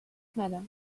madam